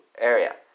area